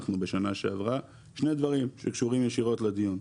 בשנה שעברה שני דברים שקשורים ישירות לדיון,